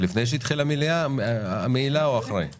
לפני שהתחילה המהילה או אחרי?